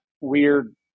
weird